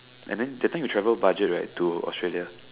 and than that time you travel budget right to Australia